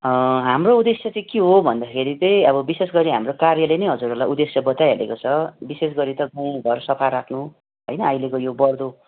हाम्रो उद्देश्य चाहिँ के हो भन्दाखेरि चाहिँ अब विशेष गरी हाम्रो कार्यले नै हजुरहरूलाई उद्देश्य बताइहालेको छ विशेष गरी त अब घर सफा राख्नु होइन अहिलेको यो बढ्दो